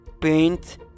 paint